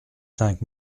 cinq